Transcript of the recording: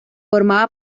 formaba